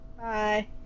Bye